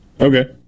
Okay